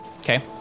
Okay